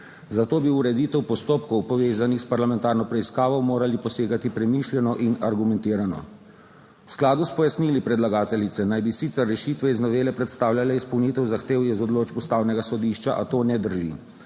zato bi v ureditev postopkov povezanih s parlamentarno preiskavo morali posegati premišljeno in argumentirano. V skladu s pojasnili predlagateljice naj bi sicer rešitve iz novele predstavljale izpolnitev zahtev iz odločb Ustavnega sodišča, a to ne drži,